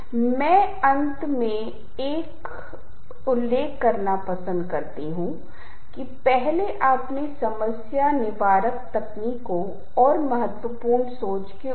और इनमें कई दिलचस्प निहितार्थ हो सकते हैं जैसा कि हम उन्हें अपनी प्रस्तुति के संदर्भ में और विभिन्न महोलों पर लागू करने की कोशिश करते हैं जहां संगीत बढ़ सकता है धारणा अच्छे संचार का प्रभाव बढ़ सकता है और साथ ही लोगों को जोड़ तोड़ कर सकता है